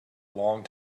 long